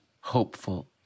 hopeful